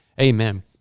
Amen